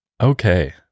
Okay